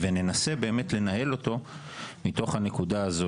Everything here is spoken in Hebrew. וננסה באמת לנהל אותו מתוך הנקודה הזאת